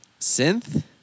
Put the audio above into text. Synth